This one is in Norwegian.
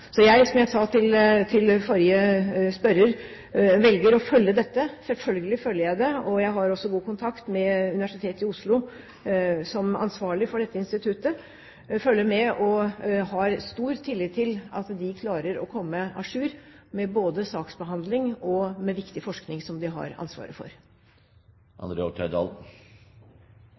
Så jeg, som jeg sa til forrige spørrer, velger å følge dette – selvfølgelig følger jeg det – og jeg har også god kontakt med Universitetet i Oslo som ansvarlig for dette instituttet. Jeg følger med og har stor tillit til at de klarer å komme à jour både med saksbehandling og med viktig forskning som de har ansvaret for.